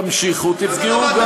תמשיכו,